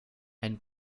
ein